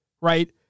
Right